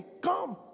Come